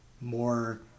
more